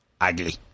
ugly